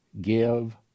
give